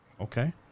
Okay